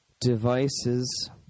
devices